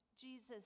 Jesus